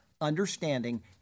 understanding